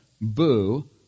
Boo